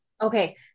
Okay